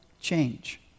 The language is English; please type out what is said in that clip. change